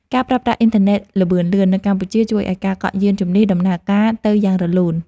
ការប្រើប្រាស់អ៊ីនធឺណិតល្បឿនលឿននៅកម្ពុជា ជួយឱ្យការកក់យានជំនិះដំណើរការទៅយ៉ាងរលូន។